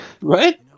right